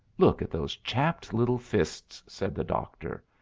look at those chapped little fists, said the doctor.